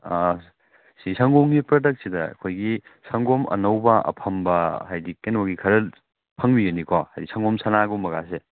ꯁꯤ ꯁꯪꯒꯣꯝꯒꯤ ꯄ꯭ꯔꯗꯛꯁꯤꯗ ꯑꯩꯈꯣꯏꯒꯤ ꯁꯪꯒꯣꯝ ꯑꯅꯧꯕ ꯑꯐꯝꯕ ꯍꯥꯏꯗꯤ ꯀꯩꯅꯣꯒꯤ ꯈꯔ ꯐꯪꯕꯤꯒꯅꯤꯀꯣ ꯍꯥꯏꯗꯤ ꯁꯪꯒꯣꯝ ꯁꯥꯅꯥ ꯒꯨꯝꯕꯒꯁꯦ